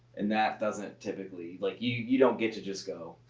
and that doesn't typically. like, you you don't get to just go,